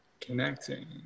Connecting